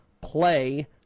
play